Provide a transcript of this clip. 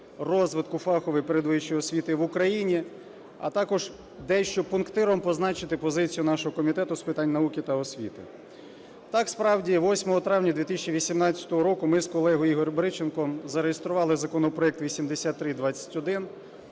розвитку фахової передвищої освіти в Україні, а також дещо пунктиром позначити позицію нашого Комітету з питань науки та освіти. Так, справді 8 травня 2018 року ми з колегою Ігорем Бриченком зареєстрували законопроект 8321-1